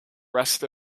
rest